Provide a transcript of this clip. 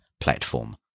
platform